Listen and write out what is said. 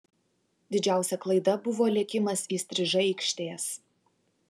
didžiausia klaida buvo lėkimas įstrižai aikštės